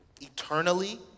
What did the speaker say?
eternally